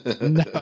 No